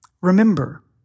Remember